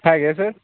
ਹੈਗੇ ਆ ਸਰ